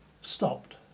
stopped